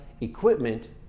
equipment